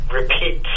repeat